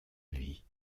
vie